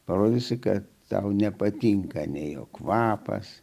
parodysi ką sau nepatinka ne jo kvapas